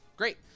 Great